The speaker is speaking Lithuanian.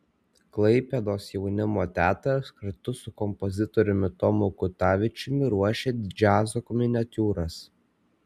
klaipėdos jaunimo teatras kartu su kompozitoriumi tomu kutavičiumi ruošia džiazo miniatiūras